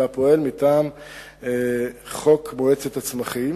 אלא פועל מטעם חוק מועצת הצמחים,